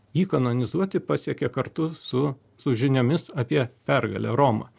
jį kanonizuoti pasiekė kartu su su žiniomis apie pergalę romą